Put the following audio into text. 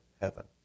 heaven